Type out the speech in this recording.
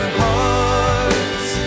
hearts